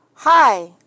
Hi